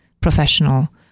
professional